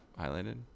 highlighted